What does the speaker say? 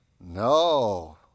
No